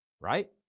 Right